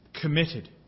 committed